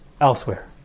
Elsewhere